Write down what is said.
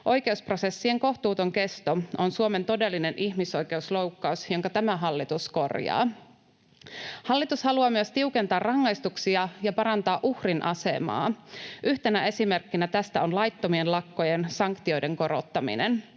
Oikeusprosessien kohtuuton kesto on Suomen todellinen ihmisoikeusloukkaus, jonka tämä hallitus korjaa. Hallitus haluaa myös tiukentaa rangaistuksia ja parantaa uhrin asemaa. Yhtenä esimerkkinä tästä on laittomien lakkojen sanktioiden korottaminen.